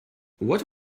what